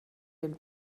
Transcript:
den